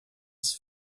his